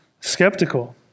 skeptical